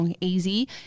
Easy